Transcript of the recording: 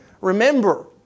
Remember